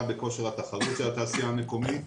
בכושר התחרות של התעשייה המקומית,